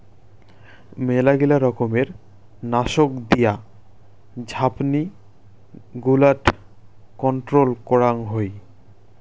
মেলগিলা রকমের নাশক দিয়া ঝাপনি গুলাট কন্ট্রোল করাং হই